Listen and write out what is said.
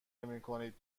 نمیکنید